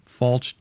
false